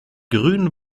grün